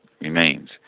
remains